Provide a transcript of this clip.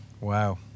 Wow